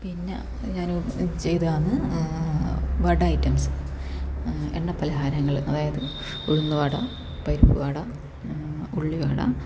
പിന്നെ ഞാനും ചെയ്തതാന്ന് വട ഐറ്റംസ് എണ്ണ പലഹാരങ്ങൾ അതായത് ഉഴുന്നുവട പരിപ്പുവട ഉള്ളിവട